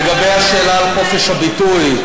לגבי השאלה של חופש הביטוי,